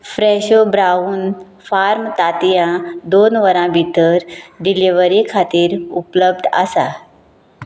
फ्रॅशो brown farm तांतयां दोन वरां भितर डिलेवरी खातीर उपलब्द आसा